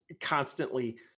constantly